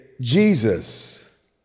Jesus